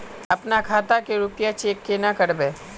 अपना खाता के रुपया चेक केना करबे?